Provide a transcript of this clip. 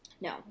No